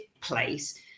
place